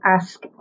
ask